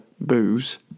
booze